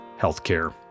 healthcare